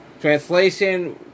Translation